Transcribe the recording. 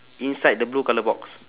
inside the blue colour box